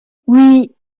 oui